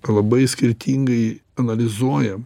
labai skirtingai analizuojam